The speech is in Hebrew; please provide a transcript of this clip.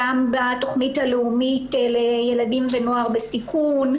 גם בתכנית הלאומית לילדים ונוער בסיכון,